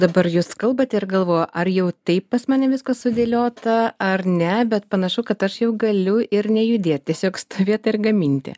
dabar jūs kalbate ir galvoju ar jau taip pas mane viskas sudėliota ar ne bet panašu kad aš jau galiu ir nejudėt tiesiog stovėt ir gaminti